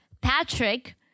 Patrick